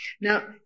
Now